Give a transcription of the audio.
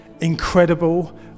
incredible